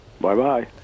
Bye-bye